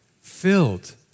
filled